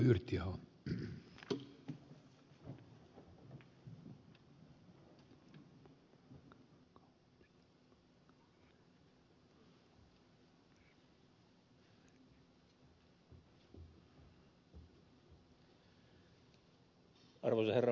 arvoisa herra puhemies